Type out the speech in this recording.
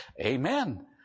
amen